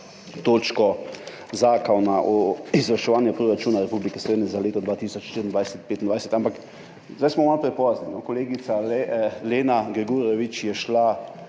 točko, zakon o izvrševanju proračuna Republike Slovenije za leti 2024, 2025, ampak zdaj smo malo prepozni, no. Kolegica Lena Grgurevič je šla